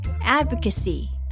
advocacy